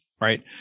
right